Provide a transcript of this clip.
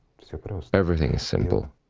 so but um so everything is simple.